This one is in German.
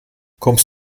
kommst